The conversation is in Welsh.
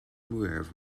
mwyaf